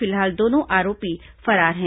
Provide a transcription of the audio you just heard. फिलहाल दोनों आरोपी फरार हैं